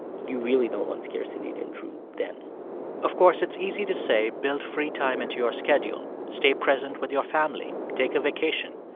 you really don't want scarcity to intrude then of course, it's easy to say, build free time into your schedule. stay present with your family. take a vacation.